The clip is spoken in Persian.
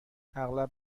اغلب